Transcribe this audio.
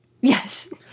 Yes